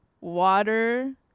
water